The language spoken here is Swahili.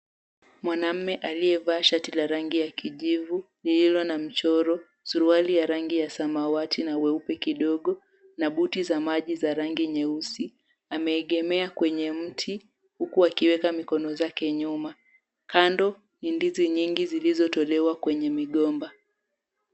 Mwanaume aliyevaa shati la rangi ya kijivu lililona michoro, suruali ya rangi ya samawati na weupe kidogo na buti za maji za rangi nyeusi, ameegemea kwenye mti huku akiweka mikono zake nyuma. Kando ni ndizi nyingi zilizotolewa kwenye migomba.